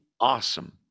awesome